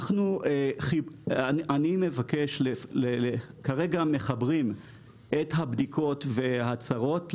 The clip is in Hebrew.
אני מבקש כרגע מחברים את הבדיקות וההצהרות לפיקוח.